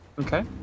okay